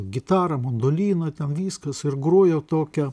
gitarą mandoliną ten viskas ir grojo tokią